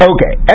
Okay